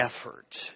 effort